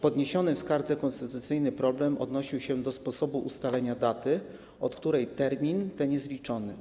Podniesiony w skardze konstytucyjny problem odnosił się do sposobu ustalenia daty, od której termin ten jest liczony.